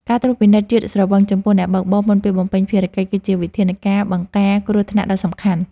ការត្រួតពិនិត្យជាតិស្រវឹងចំពោះអ្នកបើកបរមុនពេលបំពេញភារកិច្ច គឺជាវិធានការបង្ការគ្រោះថ្នាក់ដ៏សំខាន់។